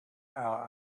our